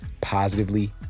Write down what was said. positively